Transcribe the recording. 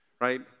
right